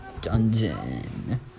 dungeon